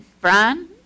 Brian